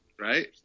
Right